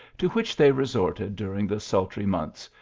to which they resorted during the sultry months,